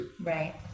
Right